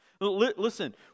Listen